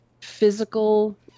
physical